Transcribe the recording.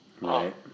Right